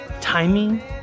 timing